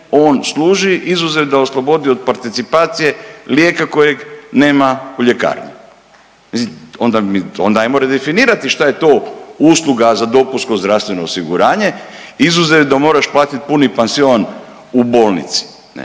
on služi izuzev da oslobodi od participacije lijeka kojeg nema u ljekarni. Mislim, onda ajmo redefinirati šta je to usluga za dopunsko zdravstveno osiguranje izuzev da moraš platiti puni pansion u bolnici